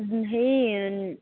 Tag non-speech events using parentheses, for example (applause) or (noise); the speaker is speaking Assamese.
(unintelligible) হেৰি